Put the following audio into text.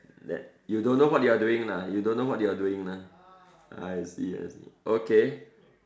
that you don't know what you are doing lah you don't know what you doing lah ah I see I see okay